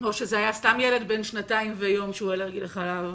או שזה היה סתם ילד בן שנתיים ויום שהוא אלרגי לחלב.